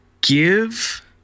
Give